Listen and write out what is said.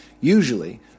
usually